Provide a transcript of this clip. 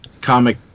comic